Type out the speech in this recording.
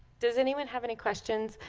does anyone have any questions.